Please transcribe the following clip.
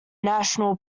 national